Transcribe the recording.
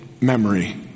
memory